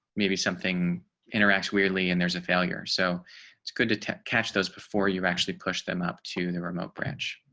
maybe something interacts weirdly, and there's a failure. so it's good to to catch those before you actually push them up to the remote branch.